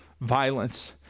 violence